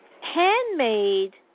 handmade